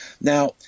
now